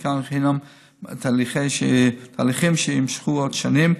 וחלקן תהליכים שיימשכו עוד שנים,